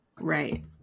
right